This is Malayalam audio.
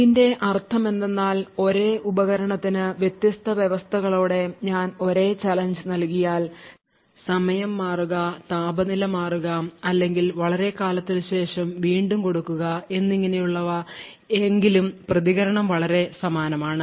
ഇതിന്റെ അർത്ഥമെന്തെന്നാൽ ഒരേ ഉപകരണത്തിന് വ്യത്യസ്ത വ്യവസ്ഥകളോടെ ഞാൻ ഒരേ ചാലഞ്ച് നൽകിയാൽ സമയം മാറുക താപനില മാറുക അല്ലെങ്കിൽ വളരെക്കാലത്തിനുശേഷം വീണ്ടും കൊടുക്കുക എന്നിങ്ങനെയുള്ളവ എങ്കിലും പ്രതികരണം വളരെ സമാനമാണ്